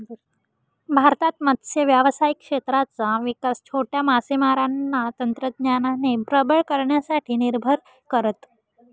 भारतात मत्स्य व्यावसायिक क्षेत्राचा विकास छोट्या मासेमारांना तंत्रज्ञानाने प्रबळ करण्यासाठी निर्भर करत